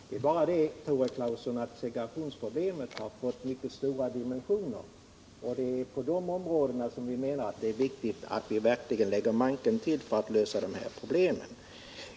Det är bara det, Tore Claeson, att segregationsproblemet har fått mycket stora dimensioner, och det är på det området som det är viktigt att lägga manken till för att lösa problemen.